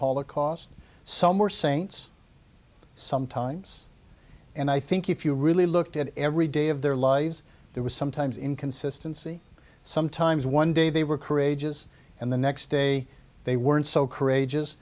holocaust some more saints sometimes and i think if you really looked at every day of their lives there was sometimes inconsistency sometimes one day they were courageous and the next day they weren't so courageous